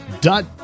dot